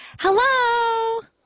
Hello